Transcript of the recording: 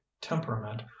temperament